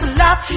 love